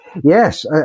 yes